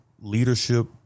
leadership